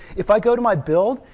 if i go to my build,